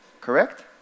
Correct